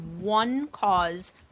one-cause